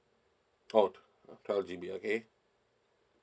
oh twelve G_B okay